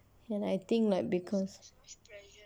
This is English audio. and I think like because